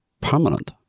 permanent